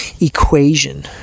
equation